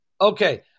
Okay